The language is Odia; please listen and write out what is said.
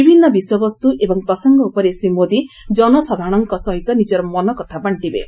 ବିଭିନ୍ ବିଷୟବସ୍ତୁ ଏବଂ ପ୍ରସଙ୍ଙ ଉପରେ ଶ୍ରୀ ମୋଦି ଜନସାଧାରଣଙ୍କ ସହିତ ନିଜର ମନକଥା ବାଣ୍ଣିବେ